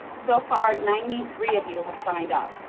so far ninety three of you have signed up.